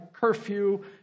curfew